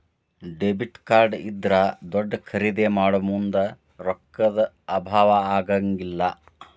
debit card ಇದ್ರಾ ದೊಡ್ದ ಖರಿದೇ ಮಾಡೊಮುಂದ್ ರೊಕ್ಕಾ ದ್ ಅಭಾವಾ ಆಗಂಗಿಲ್ಲ್